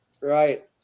Right